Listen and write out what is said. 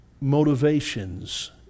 motivations